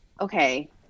okay